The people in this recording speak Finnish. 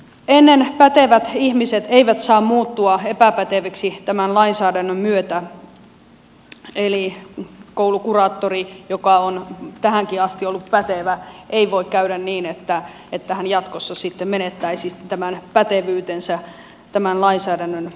ennen pätevät ihmiset eivät saa muuttua epäpäteviksi tämän lainsäädännön myötä eli koulukuraattorille joka on tähänkin asti ollut pätevä ei voi käydä niin että hän jatkossa sitten menettäisi tämän pätevyytensä tämän lainsäädännön vuoksi